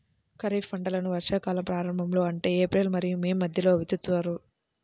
ఖరీఫ్ పంటలను వర్షాకాలం ప్రారంభంలో అంటే ఏప్రిల్ మరియు మే మధ్యలో విత్తుతారు